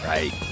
Right